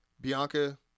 Bianca